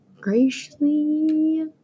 Graciously